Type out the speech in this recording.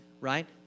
right